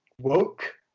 woke